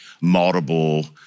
multiple